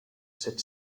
set